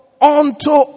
unto